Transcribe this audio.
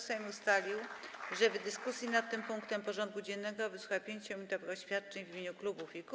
Sejm ustalił, że w dyskusji nad tym punktem porządku dziennego wysłucha 5-minutowych oświadczeń w imieniu klubów i kół.